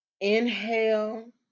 inhale